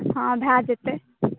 हॅं भय जेतै